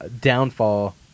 downfall